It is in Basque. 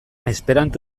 esperanto